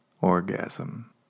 Orgasm